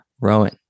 Rowan